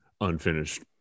unfinished